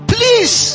Please